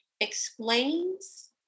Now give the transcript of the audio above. explains